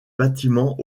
bâtiments